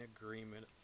agreement